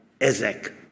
ezek